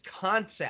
concept